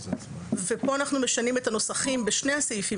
ופה אנחנו משנים את הנוסחים בשני הנוסחים